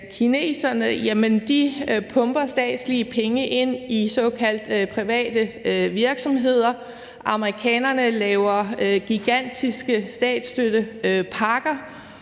Kineserne pumper statslige penge ind i såkaldt private virksomheder, amerikanerne laver gigantiske statsstøttepakker,